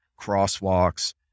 crosswalks